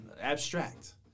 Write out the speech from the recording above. Abstract